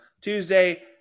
Tuesday